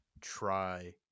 try